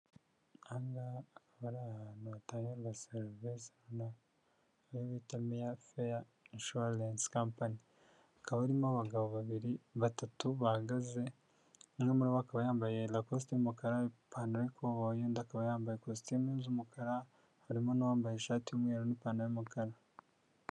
Ahangaha hakaba ari ahantu hatangwa servez na ari bita mearfare shorence company akaba arimo abagabo babiri batatu bahagaze na muri akaba yambaye lacosti yumukarapantaleco waye akaba yambaye ikositimu z'umukara harimo n'uwambaye ishati y'mweru n'pantaro yumukara.